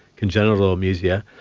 congenital amusia,